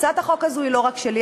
הצעת החוק הזאת היא לא רק שלי.